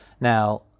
Now